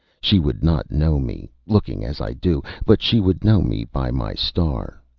she would not know me, looking as i do, but she would know me by my star.